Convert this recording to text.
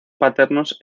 paternos